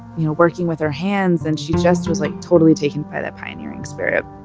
you know, working with her hands. and she just was like totally taken by that pioneering spirit.